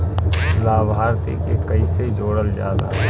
लभार्थी के कइसे जोड़ल जाला?